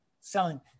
Selling